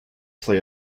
play